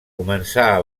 començà